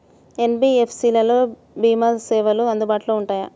NBFC లలో భీమా సేవలు అందుబాటులో ఉంటాయా?